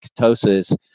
ketosis